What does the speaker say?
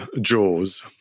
jaws